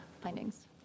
findings